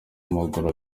amaguru